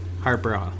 Harper